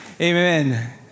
Amen